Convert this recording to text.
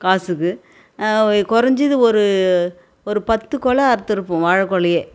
காசுக்கு கொறைஞ்சது ஒரு ஒரு பத்து கொலை அறுத்திருப்போம் வாழைக் குலையே